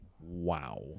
Wow